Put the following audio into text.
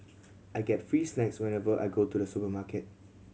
I get free snacks whenever I go to the supermarket